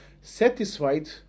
satisfied